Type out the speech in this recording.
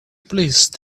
please